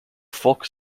folk